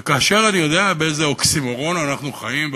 וכאשר אני יודע באיזה אוקסימורון אנחנו חיים,